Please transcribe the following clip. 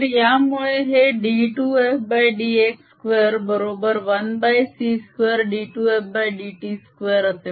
तर यामुळे हे d2fdx2 बरोबर 1c2d2fdt2